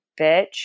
bitch